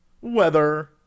Weather